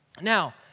Now